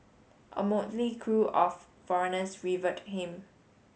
a motley crew of foreigners revered him